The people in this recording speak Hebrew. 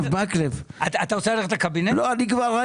אתה רוצה ללכת לקבינט הביטחוני?